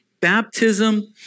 Baptism